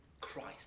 Christ